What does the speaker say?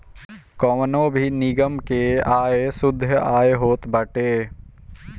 कवनो भी निगम कअ आय शुद्ध आय होत बाटे